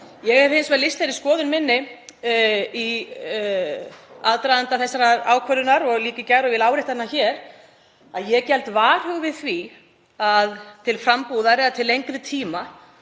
Ég hef hins vegar lýst þeirri skoðun minni í aðdraganda þessarar ákvörðunar og líka í gær og vil árétta það hér að ég geld varhuga við því að til frambúðar eða til lengri tíma